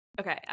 okay